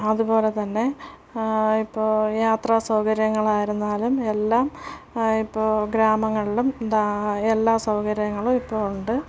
അതുപോലെ തന്നെ ഇപ്പോൾ യാത്രാ സൗകര്യങ്ങളായിരുന്നാലും എല്ലാം ഇപ്പോൾ ഗ്രാമങ്ങളിലും ദാ എല്ലാ സൗകര്യങ്ങളും ഇപ്പോൾ ഉണ്ട്